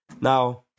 Now